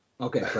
okay